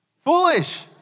Foolish